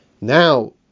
Now